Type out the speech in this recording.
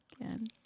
again